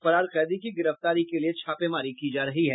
फरार कैदी की गिरफ्तारी के लिए छापेमारी की जा रही है